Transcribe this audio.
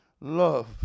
Love